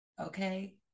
okay